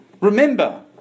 Remember